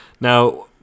Now